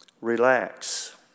Relax